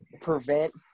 prevent